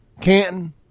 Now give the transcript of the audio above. Canton